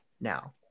now